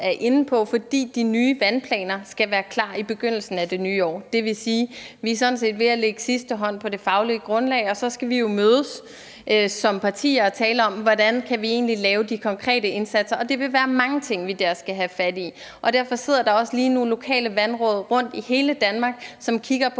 er inde på, fordi de nye vandplaner skal være klar i begyndelsen af det nye år. Det vil sige, at vi sådan set er ved at lægge sidste hånd på det faglige grundlag. Og så skal vi jo mødes som partier og tale om, hvordan vi egentlig kan lave de konkrete indsatser, og det vil være mange ting, som vi der skal have fat i. Derfor sidder der også lige nu lokale vandråd rundt i hele Danmark, som kigger på,